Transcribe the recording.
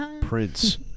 Prince